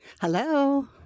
Hello